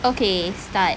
okay start